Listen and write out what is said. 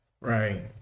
Right